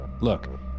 Look